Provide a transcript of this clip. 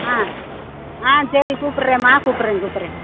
ஆ ஆ சரி கூப்பிட்றேன்மா கூப்புட்றேன் கூப்புட்றேன்